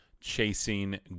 chasing